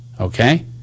okay